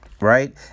Right